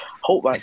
hope